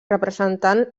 representant